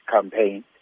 campaign